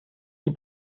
die